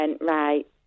right